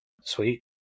Sweet